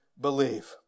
believe